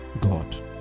God